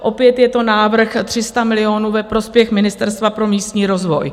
Opět je to návrh 300 milionů ve prospěch Ministerstva pro místní rozvoj.